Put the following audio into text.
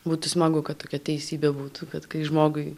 būtų smagu kad tokia teisybė būtų kad kai žmogui